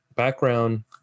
Background